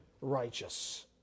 righteous